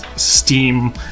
steam